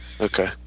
Okay